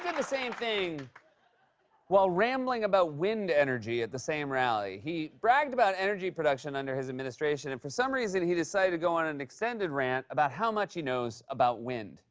and the same thing while rambling about wind energy at the same rally. he bragged about energy production under his administration, and for some reason, he decided to go on an extended rant about how much he knows about wind.